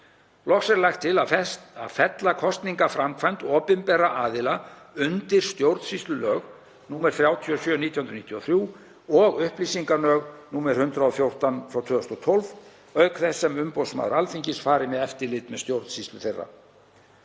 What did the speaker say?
Loks er lagt til að fella kosningaframkvæmd opinberra aðila undir stjórnsýslulög, nr. 37/1993, og upplýsingalög, nr. 114/2012, auk þess sem umboðsmaður Alþingis fari með eftirlit með stjórnsýslu þeirra.